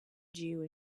due